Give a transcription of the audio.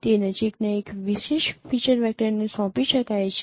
તે નજીકના એક વિશેષ ફીચર વેક્ટરને સોંપી શકાય છે